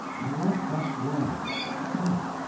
i like that well but,